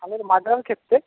ধানের মাজরার ক্ষেত্রে